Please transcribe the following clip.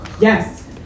yes